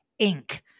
Inc